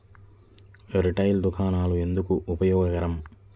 Retail దుకాణాలు ఎందుకు ఉపయోగకరం?